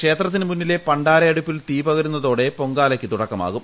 ക്ഷേത്രത്തിനു മുന്നിലെ പണ്ടാര അടുപ്പിൽ തീ പകരുന്നതോടെ പൊങ്കാലയ്ക്ക് തുടക്കമാകും